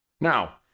Now